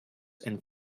and